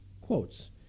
quotes